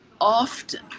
often